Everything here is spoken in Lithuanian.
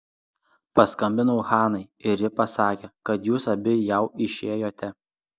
paskambinau hanai ir ji pasakė kad jūs abi jau išėjote